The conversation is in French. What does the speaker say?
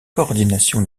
coordination